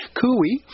Cooey